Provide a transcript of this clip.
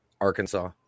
Arkansas